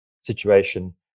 situation